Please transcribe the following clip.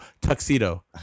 tuxedo